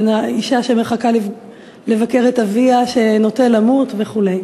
אישה שמחכה לבקר את אביה שנוטה למות וכו'.